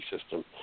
system